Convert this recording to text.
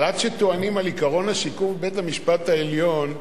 אבל עד שטוענים לעקרון השיקוף בבית-המשפט העליון,